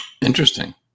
Interesting